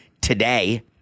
today